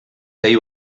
gai